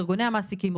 ארגוני המעסיקים,